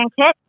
kit